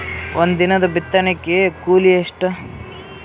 ಒಂದಿನದ ಬಿತ್ತಣಕಿ ಕೂಲಿ ಎಷ್ಟ?